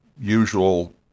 usual